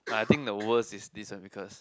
I think the worst is this one because